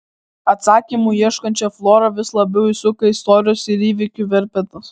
atsakymų ieškančią florą vis labiau įsuka istorijos ir įvykių verpetas